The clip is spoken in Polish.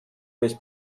być